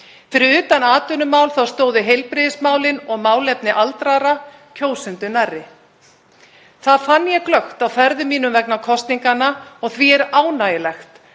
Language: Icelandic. Fyrir utan atvinnumál þá stóðu heilbrigðismálin og málefni aldraðra kjósendum nærri. Það fann ég glöggt á ferðum mínum vegna kosninganna og því er ánægjulegt